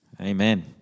Amen